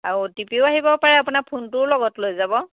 অঁ O T পিও আহিব পাৰে আপোনাৰ ফোনটোও লগত লৈ যাব